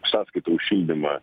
sąskaita už šildymą